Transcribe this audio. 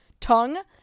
tongue